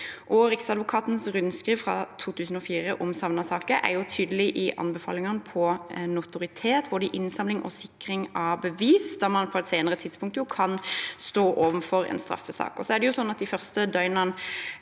Riksadvokatens rundskriv fra 2004 om savnetsaker er tydelig i anbefalingene på notoritet i både innsamling og sikring av bevis, da man på et senere tidspunkt kan stå overfor en straffesak.